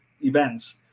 events